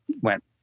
went